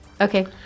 Okay